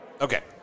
Okay